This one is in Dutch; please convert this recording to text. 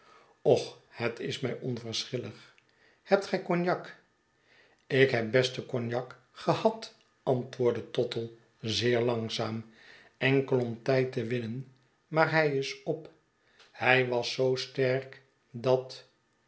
och het is my onverschillig hebt gij cognac ik heb besten cognac gen ad antwoordde tottle zeer langzaam enkel om tijd te winnen maar hij is op hij was zoo sterk dat